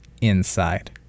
inside